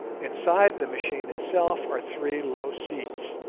inside the machine itself are three low seats,